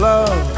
Love